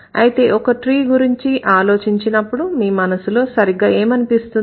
అయితే ఒక ట్రీ గురించి ఆలోచించినప్పుడు మీ మనసులో సరిగ్గా ఏమనిపిస్తుంది